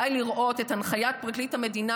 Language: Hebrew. די לראות את הנחיית פרקליט המדינה,